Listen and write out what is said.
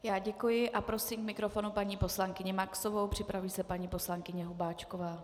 Já děkuji a prosím k mikrofonu paní poslankyni Maxovou, připraví se paní poslankyně Hubáčková.